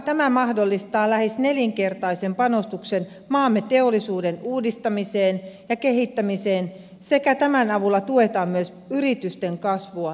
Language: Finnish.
tämä mahdollistaa lähes nelinkertaisen panostuksen maamme teollisuuden uudistamiseen ja kehittämiseen sekä tämän avulla tuetaan myös yritysten kasvua ja kilpailukykyä